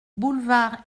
boulevard